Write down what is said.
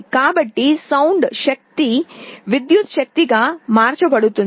కాబట్టి ధ్వని శక్తి విద్యుత్ శక్తిగా మార్చబడుతుంది